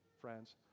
friends